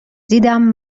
دیدم